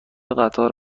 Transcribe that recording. قطار